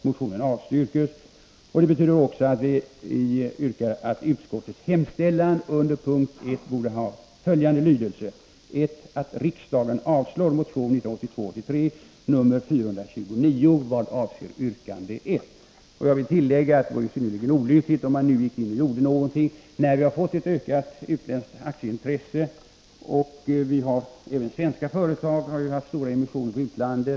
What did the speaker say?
Motionen avstyrkes.”, dels att utskottets Jag vill tillägga att det vore synnerligen olyckligt om man nu gick in med åtgärder när vi har fått ett ökat utländskt aktieintresse och när även svenska företag ju har haft stora emissioner på utlandet.